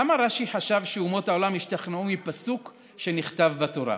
למה רש"י חשב שאומות העולם ישתכנעו מפסוק שנכתב בתורה?